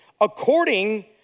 according